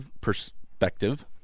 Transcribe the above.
Perspective